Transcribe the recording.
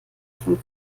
von